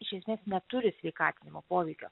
iš esmės neturi sveikatinimo poveikio